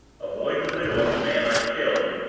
avoid the widow of the man i killed,